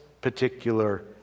particular